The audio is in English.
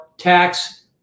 Tax